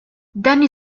danny